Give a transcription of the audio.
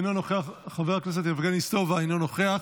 אינו נוכח, חבר הכנסת יבגני סובה, אינו נוכח,